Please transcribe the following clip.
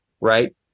right